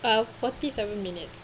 about forty seven minutes